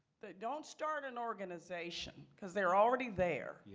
don't start an organization, because they're already there.